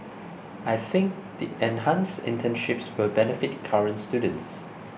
I think the enhanced internships will benefit current students